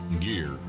gear